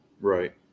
right